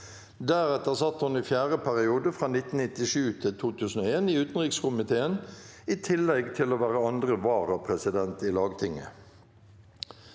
Deretter satt hun, i fjerde periode fra 1997 til 2001, i utenrikskomiteen, i tillegg til å være andre varapresident i Lagtinget.